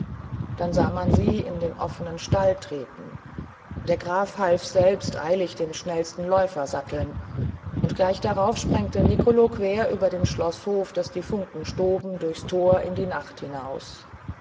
dann sah man sie in den offenen stall treten der graf half selbst eilig den schnellsten läufer satteln und gleich darauf sprengte nicolo quer über den schloßhof daß die funken stoben durchs tor in die nacht hinaus